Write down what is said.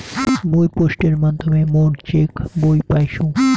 মুই পোস্টের মাধ্যমে মোর চেক বই পাইসু